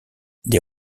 des